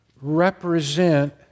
represent